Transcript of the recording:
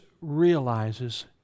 realizes